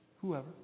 whoever